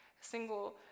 single